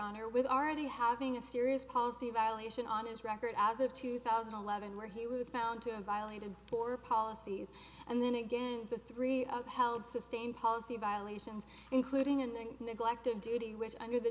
honor with already having a serious policy violation on his record as of two thousand and eleven where he was found to have violated poor policies and then again the three of held sustained policy violations including and neglect of duty which under the